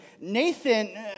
Nathan